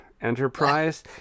Enterprise